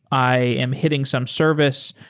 i am hitting some service.